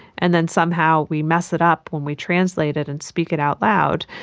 and then somehow we mess it up when we translate it and speak it out loud.